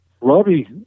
Robbie